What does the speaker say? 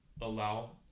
allow